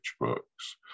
books